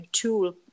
tool